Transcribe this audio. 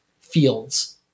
fields